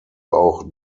auch